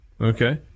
Okay